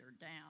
down